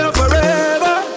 forever